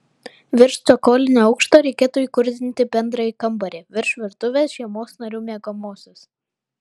virš cokolinio aukšto reikėtų įkurdinti bendrąjį kambarį virš virtuvės šeimos narių miegamuosius